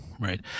Right